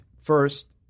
first